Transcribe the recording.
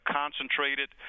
concentrated